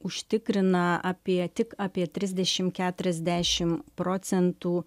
užtikrina apie tik apie trisdešim keturiasdešim procentų